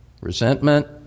resentment